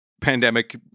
pandemic